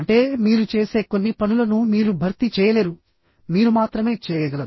అంటే మీరు చేసే కొన్ని పనులను మీరు భర్తీ చేయలేరు మీరు మాత్రమే చేయగలరు